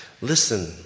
Listen